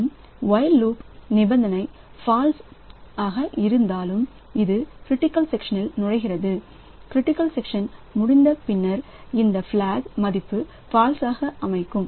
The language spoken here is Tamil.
மேலும் ஒயில்லூப் நிபந்தனை ஃபால்ஸ் எதுவாக இருந்தாலும் இது க்ரிட்டிக்கல் செக்ஷனில் நுழைகிறது பின்னர்க்ரிட்டிக்கல் செக்ஷனில் முடித்த பின்னர் இந்த பிளாக்மதிப்பு ஃபால்ஸ் அமைக்கும்